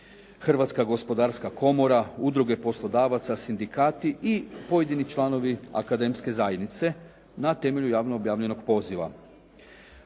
Hrvatska gospodarska komora, udruge poslodavaca, sindikati i pojedini članovi akademske zajednice na temelju javno objavljenog poziva.